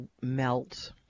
melt